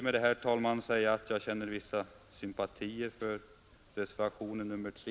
Jag ber, herr talman, att få yrka bifall till reservationen 3.